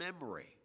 memory